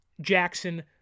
Jackson